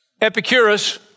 Epicurus